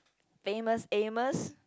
Famous-Amos